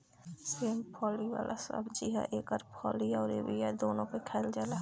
सेम फली वाला सब्जी ह एकर फली अउरी बिया दूनो के खाईल जाला